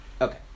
Okay